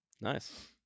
Nice